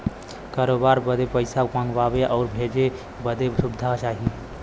करोबार बदे पइसा मंगावे आउर भेजे बदे सुविधा चाही